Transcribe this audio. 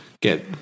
get